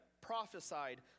prophesied